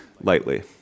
lightly